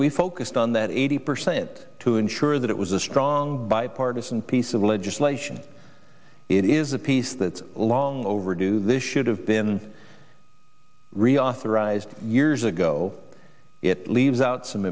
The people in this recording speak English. we focused on that eighty percent to ensure that it was a strong bipartisan piece of legislation it is a piece that's long overdue this should have been reauthorized years ago it leaves out some